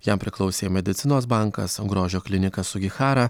jam priklausė medicinos bankas grožio klinika sugihara